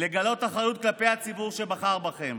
לגלות אחריות כלפי הציבור שבחר בכם.